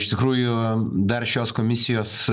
iš tikrųjų dar šios komisijos